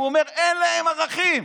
והוא אומר: אין להם ערכים.